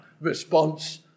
response